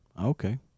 Okay